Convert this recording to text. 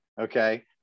Okay